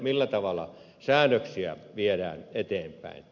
millä tavalla säännöksiä viedään eteenpäin